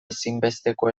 ezinbesteko